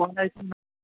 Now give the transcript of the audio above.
पढाइ चाहिँ